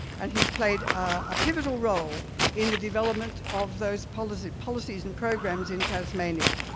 and he's played a pivotal role in the development of those policies policies and programs in tasmania.